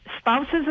spouses